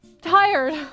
tired